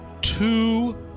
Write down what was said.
two